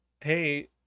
hey